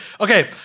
Okay